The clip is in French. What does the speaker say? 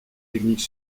technique